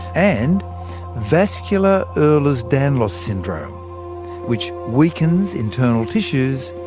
and vascular ehlers-danlos syndrome which weakens internal tissues.